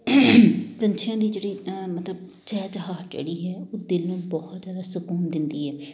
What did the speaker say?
ਪੰਛੀਆਂ ਦੀ ਜਿਹੜੀ ਮਤਲਬ ਚਹਿਚਹਾਹਟ ਜਿਹੜੀ ਹੈ ਉਹ ਦਿਲ ਨੂੰ ਬਹੁਤ ਜ਼ਿਆਦਾ ਸਕੂਨ ਦਿੰਦੀ ਹੈ